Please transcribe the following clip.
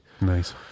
Nice